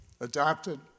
adopted